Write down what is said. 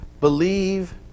Believe